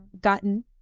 gotten